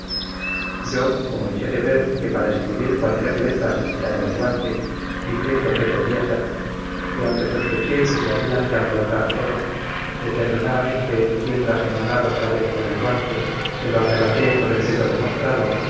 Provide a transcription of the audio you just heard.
yo como eché de ver que para escribir cualquiera letra se quitaba el guante diciendo qué podía ser y aunque sospeché que se habían de alborotar todos determinadamente yendo a señalar otra vez con el guante se lo arrebaté por el dedo demostrador